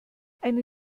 eine